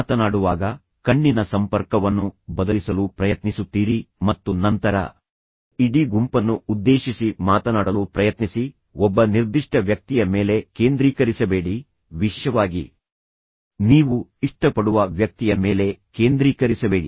ಮಾತನಾಡುವಾಗ ಕಣ್ಣಿನ ಸಂಪರ್ಕವನ್ನು ಬದಲಿಸಲು ಪ್ರಯತ್ನಿಸುತ್ತೀರಿ ಮತ್ತು ನಂತರ ಇಡೀ ಗುಂಪನ್ನು ಉದ್ದೇಶಿಸಿ ಮಾತನಾಡಲು ಪ್ರಯತ್ನಿಸಿ ಒಬ್ಬ ನಿರ್ದಿಷ್ಟ ವ್ಯಕ್ತಿಯ ಮೇಲೆ ಕೇಂದ್ರೀಕರಿಸಬೇಡಿ ವಿಶೇಷವಾಗಿ ನೀವು ಇಷ್ಟಪಡುವ ವ್ಯಕ್ತಿಯ ಮೇಲೆ ಕೇಂದ್ರೀಕರಿಸಬೇಡಿ